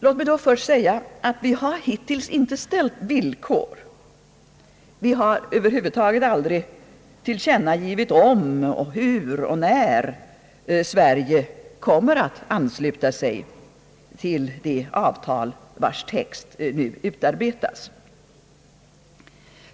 Låt mig då först säga, att vi har hittills inte ställt villkor. Vi har över huvud taget aldrig tillkännagivit om, hur och när Sverige kommer att ansluta sig till det avtal vars text nu utarbetats.